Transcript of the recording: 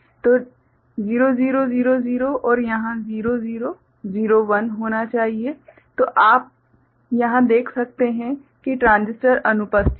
तो 0000 और यहाँ 0001 होना चाहिए तो यहाँ आप देख सकते हैं कि ट्रांजिस्टर अनुपस्थित है